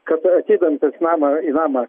kad ir atidengtas namą į namą